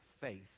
faith